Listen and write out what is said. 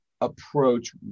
approach